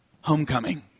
homecoming